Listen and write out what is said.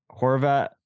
Horvat